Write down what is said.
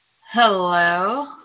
Hello